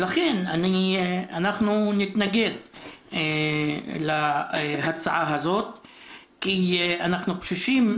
לכן אנחנו נתנגד להצעה זו כי אנחנו חוששים,